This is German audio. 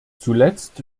zuletzt